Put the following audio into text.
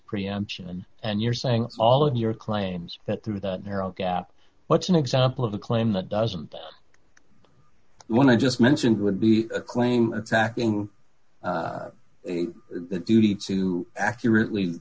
preemption and you're saying all of your claims that through the narrow gap what's an example of the claim that doesn't one i just mentioned would be a claim attacking the duty to accurately